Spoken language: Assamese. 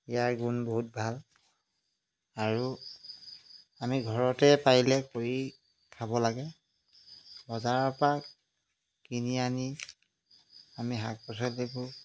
ইয়াৰ গুণ বহুত ভাল আৰু আমি ঘৰতে পাৰিলে কৰি খাব লাগে বজাৰৰ পৰা কিনি আনি আমি শাক পাচলিবোৰ